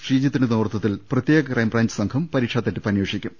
ശ്രീജിത്തിന്റെ നേതൃത്വത്തിൽ പ്രത്യേക ക്രൈംബ്രാഞ്ച് സംഘം പരീക്ഷാത്തട്ടിപ്പ് അന്വേ ഷിക്കും